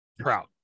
trout